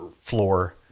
floor